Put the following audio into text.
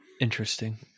Interesting